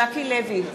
נגד ז'קי לוי,